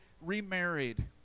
remarried